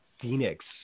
Phoenix